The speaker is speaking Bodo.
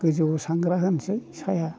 गोजौआव सांग्रा होनोसै साया